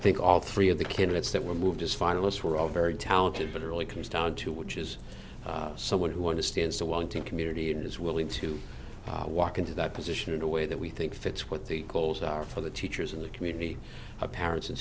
think all three of the candidates that were moved as finalists were all very talented but it really comes down to which is someone who understands the wanting community and is willing to walk into that position in a way that we think fits what the goals are for the teachers in the community of parents and